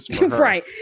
Right